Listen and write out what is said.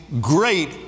great